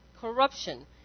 corruption